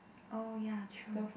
oh ya true